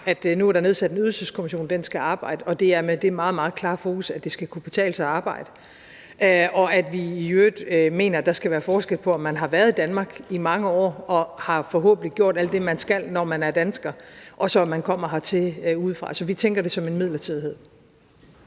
at der nu er nedsat en Ydelseskommission – den skal arbejde – og det er med det meget, meget klare fokus, at det skal kunne betale sig at arbejde, og at vi i øvrigt mener, at der skal være forskel på, om man har været i Danmark i mange år og forhåbentlig har gjort alt det, man skal, når man er dansker, og så om man kommer hertil udefra. Så vi tænker det som en midlertidighed.